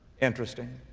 interesting?